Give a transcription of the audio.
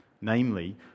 namely